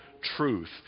truth